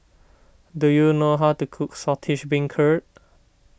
do you know how to cook Saltish Beancurd